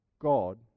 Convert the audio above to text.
God